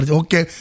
okay